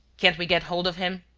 can't we get hold of him?